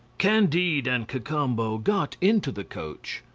candide and cacambo got into the coach,